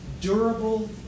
durable